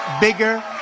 bigger